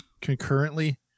Concurrently